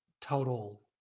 total